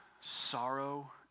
sorrow